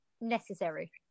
necessary